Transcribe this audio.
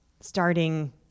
starting